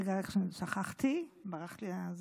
רגע, שכחתי, ברח לי.